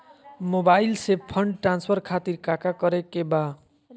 Mobile से fund transfer खातिर काका करे के बा?